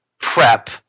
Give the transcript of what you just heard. prep